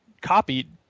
copied